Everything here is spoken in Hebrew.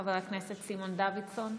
חבר הכנסת סימון דוידסון,